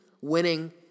winning